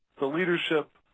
the leadership,